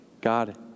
God